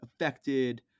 affected